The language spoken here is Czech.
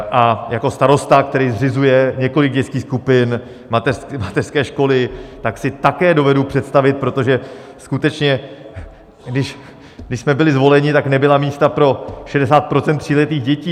A jako starosta, který zřizuje několik dětských skupin, mateřské školy, tak si také dovedu představit, protože skutečně když jsme byli zvoleni, tak nebyla místa pro 60 % tříletých dětí.